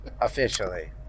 Officially